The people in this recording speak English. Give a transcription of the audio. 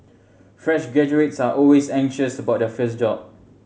fresh graduates are always anxious about their first job